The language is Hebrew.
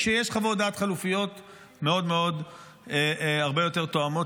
כשיש חוות דעת חלופיות הרבה יותר תואמות